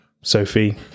Sophie